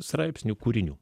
straipsnių kūrinių